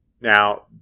Now